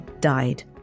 died